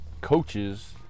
coaches